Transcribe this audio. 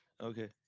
okay